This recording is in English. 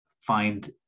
find